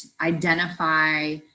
identify